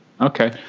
Okay